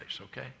okay